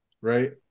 Right